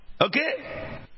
okay